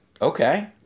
Okay